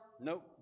nope